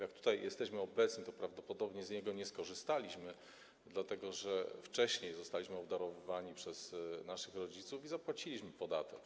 Jak jesteśmy tutaj obecni, tak prawdopodobnie z niego nie skorzystaliśmy, dlatego że wcześniej zostaliśmy obdarowani przez naszych rodziców i zapłaciliśmy podatek.